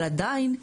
אבל עדיין,